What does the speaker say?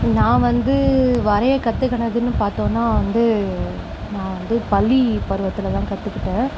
நான் வந்து வரைய கத்துக்கினதுன்னு பார்த்தோன்னா வந்து நான் வந்து பள்ளி பருவத்தில் தான் கற்றுக்கிட்டேன்